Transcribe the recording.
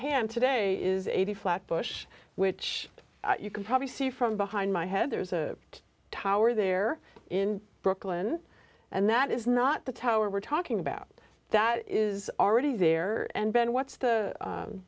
hand today is eighty flatbush which you can probably see from behind my head there's a tower there in brooklyn and that is not the tower we're talking about that is already there and then what's the